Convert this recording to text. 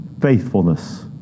faithfulness